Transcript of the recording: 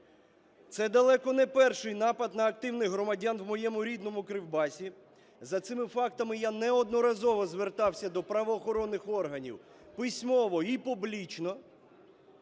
Це далеко не перший напад на активних громадян в моєму рідному Кривбасі. За цими фактами я неодноразово звертався до правоохоронних органів письмово і публічно: